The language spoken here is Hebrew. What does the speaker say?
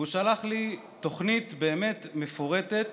והוא שלח לי תוכנית באמת מפורטת,